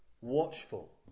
watchful